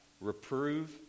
Reprove